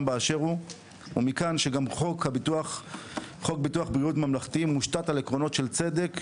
באשר הוא ומכאן שגם חוק ביטוח בריאות ממלכתי מושתת על עקרונות של צדק,